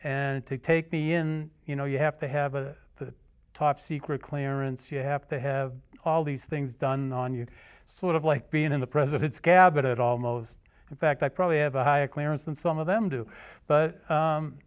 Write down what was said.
and to take me in you know you have to have a for the top secret clearance you have to have all these things done on your sort of like being in the president's cabinet almost in fact i probably have a high clearance and some of them do but